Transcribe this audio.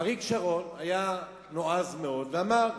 אריק שרון היה נועז מאוד, ואמר: